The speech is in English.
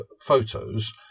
Photos